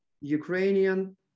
ukrainian